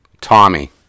Tommy